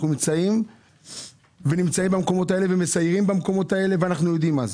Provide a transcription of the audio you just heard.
אנחנו נמצאים במקומות האלה ומסיירים במקומות האלה ואנחנו יודעים מה זה.